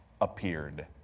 appeared